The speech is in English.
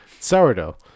Sourdough